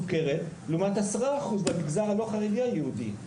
סוכרת לעומת 10% במגזר הלא חרדי היהודי,